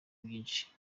byinshi